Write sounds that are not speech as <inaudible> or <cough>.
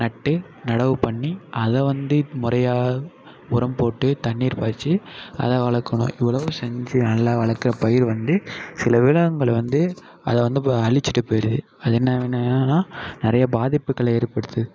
நட்டு நடவு பண்ணி அதை வந்து முறையாக உரம் போட்டு தண்ணீர் பாய்ச்சி அதை வளர்க்கணும் இவ்வளவு செஞ்சு நல்லா வளர்க்குற பயிர் வந்து சில விலங்குகள் வந்து அதை வந்து இப்போ அழிச்சிட்டு போயிடுது அதை என்ன பண்ண <unintelligible> நிறைய பாதிப்புகளை ஏற்படுத்துது